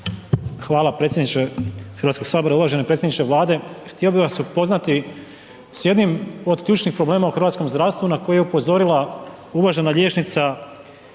Hvala predsjedniče HS. Uvaženi predsjedniče Vlade, htio bih vas upoznati s jednim od ključnih problema u hrvatskom zdravstvu na koji je upozorila uvažena liječnica gđa.